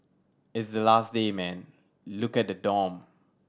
it's the last day man look at the dorm